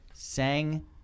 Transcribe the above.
Sang